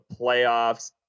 playoffs